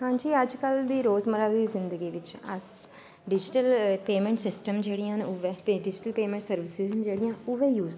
हां जी अज कल दी रोजमर्रा दी जिन्दगी बिच्च अस डिज़टल पेमैंट सिस्टम जेह्ड़ियां न डिज़टल पेमैंट सर्वसिस न जेह्ड़ियां उऐ यूज करा करने आं